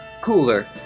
cooler